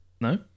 No